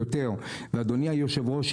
ואדוני היושב ראש,